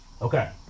Okay